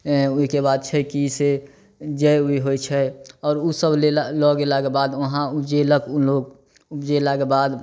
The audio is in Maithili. ओहिकेबाद छै कि से जौ भी होइ छै आओर ओसब लेला लऽ गेलाके बाद वहाँ ऊपजेलक ओ लोग ऊपजेलाके बाद